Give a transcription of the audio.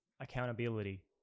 accountability